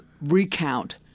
recount